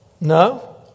No